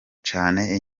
cane